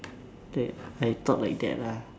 I thought like that lah